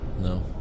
No